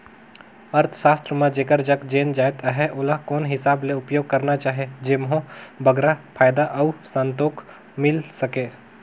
अर्थसास्त्र म जेकर जग जेन जाएत अहे ओला कोन हिसाब ले उपयोग करना अहे जेम्हो बगरा फयदा अउ संतोक मिल सके